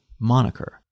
moniker